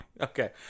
okay